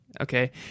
Okay